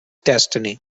destiny